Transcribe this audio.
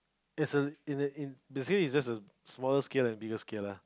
it's a it's a in the series is just a smaller scale and bigger scale lah